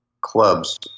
clubs